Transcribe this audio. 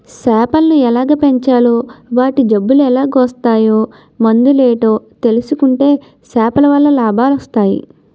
సేపలను ఎలాగ పెంచాలో వాటి జబ్బులెలాగోస్తాయో మందులేటో తెలుసుకుంటే సేపలవల్ల లాభాలొస్టయి